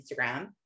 Instagram